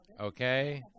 Okay